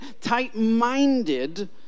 tight-minded